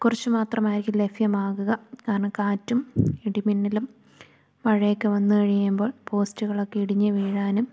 കുറച്ച് മാത്രമായിരിക്കും ലഭ്യമാകുക കാരണം കാറ്റും ഇടിമിന്നലും മഴയൊക്കെ വന്ന് കഴിയുമ്പോൾ പോസ്റ്റുകളൊക്കെ ഇടിഞ്ഞ് വീഴാനും